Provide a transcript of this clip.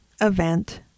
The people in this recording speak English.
event